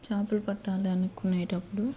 చాపలు పట్టాలనుకునేటప్పుడు